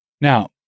Now